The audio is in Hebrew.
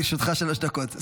לרשותך שלוש דקות.